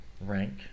rank